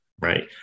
right